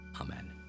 Amen